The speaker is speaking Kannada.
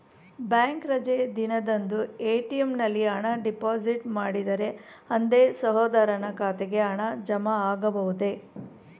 ಬ್ಯಾಂಕ್ ರಜೆ ದಿನದಂದು ಎ.ಟಿ.ಎಂ ನಲ್ಲಿ ಹಣ ಡಿಪಾಸಿಟ್ ಮಾಡಿದರೆ ಅಂದೇ ಸಹೋದರನ ಖಾತೆಗೆ ಹಣ ಜಮಾ ಆಗಬಹುದೇ?